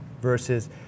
versus